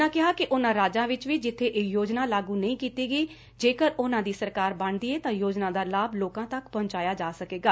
ਉਨ੍ਹਾਂ ਕਿਹਾ ਕਿ ਉਹਨਾਂ ਰਾਜਾਂ ਵਿਚ ਵੀ ਜਿੱਬੇ ਇਹ ਯੋਜਨਾ ਲਾਗੂ ਨਹੀਂ ਕੀਤੀ ਗਈ ਜੇਕਰ ਉਨੂ ਦੀ ਸਰਕਾਰ ਬਣਦੀ ਏ ਤਾ ਯੋਜਨਾ ਦਾ ਲਾਭ ਲੋਕਾ ਤੱਕ ਪਹੂੰਚਾਇਆ ਜਾ ਸਕੇਗਾ